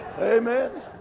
Amen